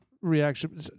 reaction